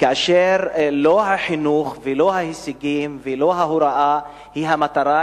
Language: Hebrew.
כאשר לא החינוך ולא ההישגים ולא ההוראה הם המטרה,